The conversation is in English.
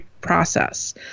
process